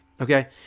okay